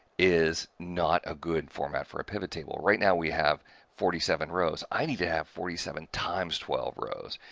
is not a good format for a pivottable. right now, we have forty seven rows i need to have forty seven times twelve rows.